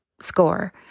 score